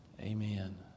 Amen